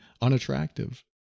unattractive